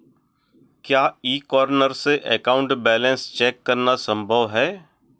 क्या e corner से account balance check करना संभव है?